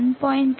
37kW m2